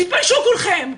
תתביישו כולכם.